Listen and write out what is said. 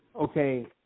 okay